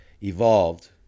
evolved